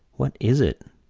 what is it?